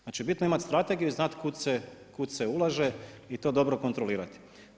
Znači bitno je imati strategiju i znati kud se ulaže i to dobro kontrolirati.